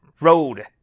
road